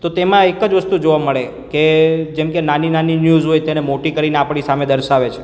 તો તેમાં એક જ વસ્તુ જોવા મળે કે જેમ કે નાની નાની ન્યુઝ હોય તેને મોટી કરીને આપણી સામે દર્શાવે છે